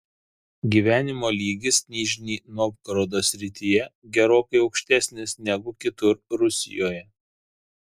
gyvenimo lygis nižnij novgorodo srityje gerokai aukštesnis negu kitur rusijoje